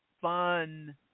fun